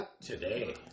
Today